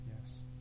Yes